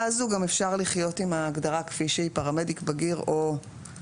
הזאת גם אפשר לחיות גם עם ההגדרה כפי שהיא: פרמדיק בגיר וכולי.